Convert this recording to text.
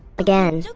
again,